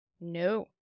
No